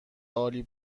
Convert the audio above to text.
عالی